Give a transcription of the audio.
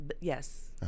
yes